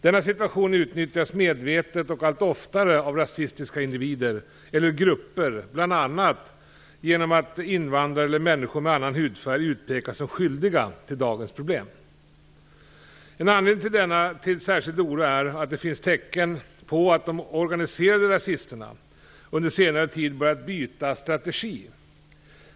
Denna situation utnyttjas medvetet och allt oftare av rasistiska individer eller grupper, bl.a. genom att invandrare eller människor med annan hudfärg utpekas som skyldiga till dagens problem. En anledning till särskild oro är att det finns tecken på att de organiserade rasisterna under senare tid börjat byta strategi.